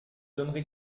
donnerai